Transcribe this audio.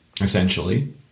Essentially